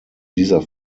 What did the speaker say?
dieser